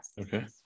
okay